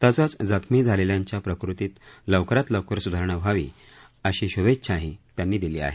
तसंच जखमी झालेल्यांच्या प्रकृतीत लवकरात लवकर स्धारणा व्हावी अशी श्भेच्छाही त्यांनी दिली आहे